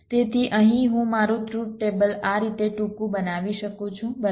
તેથી અહીં હું મારું ટ્રુથ ટેબલ આ રીતે ટૂંકું બનાવી શકું છું બરાબર